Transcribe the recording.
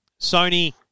Sony